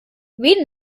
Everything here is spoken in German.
wen